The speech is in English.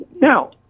now